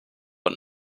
und